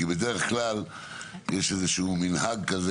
בדרך כלל יש איזשהו מנהג כזה,